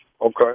Okay